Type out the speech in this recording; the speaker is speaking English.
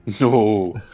No